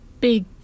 big